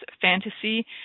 fantasy